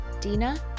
Dina